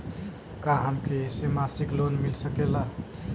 का हमके ऐसे मासिक लोन मिल सकेला?